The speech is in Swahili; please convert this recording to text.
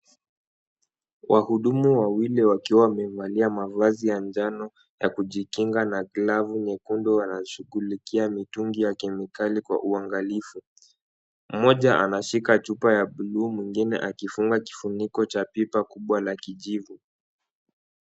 Wahudumu wawili wakiwa wamevalia mavazi ya njano na kujikinga na glavu nyekundu wanashughlikia mitungi ya kemikali kwa uangalifu, mmoja anashika chupa ya bluu mwingine akifunga kifuniko cha pipa kubwa la kijivu.